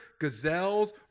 gazelles